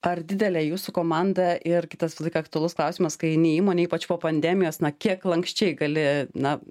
ar didelė jūsų komandą ir kitas visą laiką aktualus klausimas kai eini į įmonę ypač po pandemijos na kiek lanksčiai gali na